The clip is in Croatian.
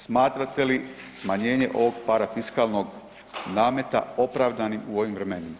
Smatrate li smanjenje ovog parafiskalnog nameta opravdanim u ovim vremenima?